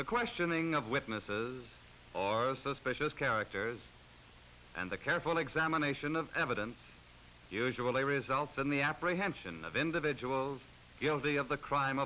the questioning of witnesses or suspicious characters and a careful examination of evidence usually results in the apprehension of individuals guilty of the crime